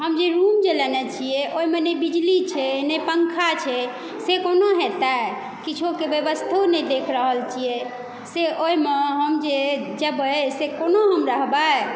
हम जे रूम जे लेने छियै ओहिमे नहि बिजली छै नहि पंखा छै से कोना हेतै किछुके व्यवस्थो नहि देख रहल छियै से ओहिमे हम जे जेबै से कोना हम रहबै